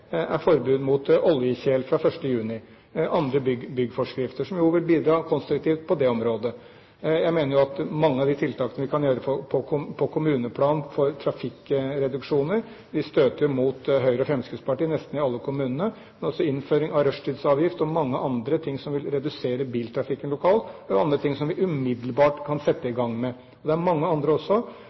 er forbud mot oljekjeler fra 1. juni og andre byggforskrifter, som vil bidra konstruktivt på det området. Jeg mener at mange av de tiltakene vi kan gjøre for trafikkreduksjoner på kommuneplan, støter mot Høyre og Fremskrittspartiet i nesten alle kommunene. Men også innføring av rushtidsavgift og mye annet som vil redusere biltrafikken lokalt, er noe som vi umiddelbart kan sette i gang med. Det er mye annet også.